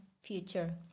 future